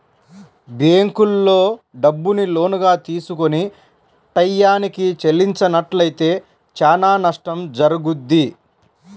బ్యేంకుల్లో డబ్బుని లోనుగా తీసుకొని టైయ్యానికి చెల్లించనట్లయితే చానా నష్టం జరుగుద్ది